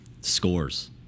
Scores